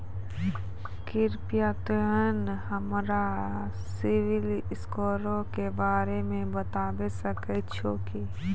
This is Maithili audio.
कृपया तोंय हमरा सिविल स्कोरो के बारे मे बताबै सकै छहो कि?